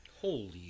Holy